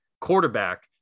quarterback